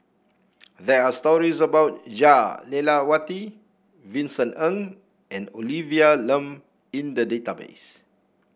there are stories about Jah Lelawati Vincent Ng and Olivia Lum in the database